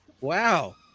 Wow